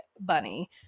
bunny